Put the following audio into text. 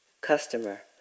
Customer